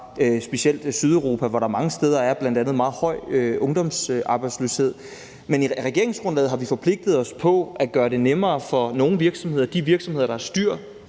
specielt Sydeuropa, hvor der mange steder bl.a. er en meget høj ungdomsarbejdsløshed. Men i regeringsgrundlaget har vi forpligtet os til at gøre det nemmere for nogle virksomheder, nemlig de virksomheder, der har